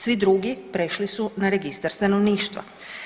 Svi drugi prešli su na registar stanovništva.